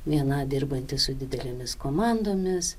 viena dirbanti su didelėmis komandomis